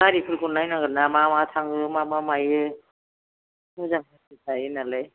गारिफोरखौ नायनांगोन ना मा मा थाङो मा मा मायो मोजां बुस्थु थायो नालाय